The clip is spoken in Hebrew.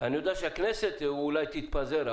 אולי הכנסת תתפזר,